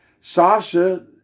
Sasha